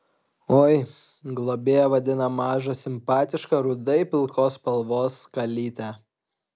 oi globėja vadina mažą simpatišką rudai pilkos spalvos kalytę